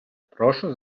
прошу